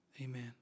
Amen